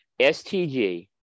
STG